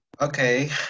okay